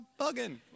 Bugging